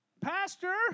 Pastor